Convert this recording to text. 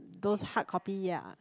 those hard copy yea